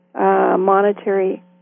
monetary